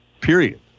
period